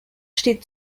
steht